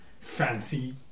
fancy